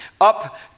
up